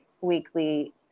weekly